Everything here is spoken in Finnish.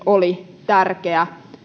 oli tärkeä